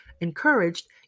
encouraged